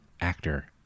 actor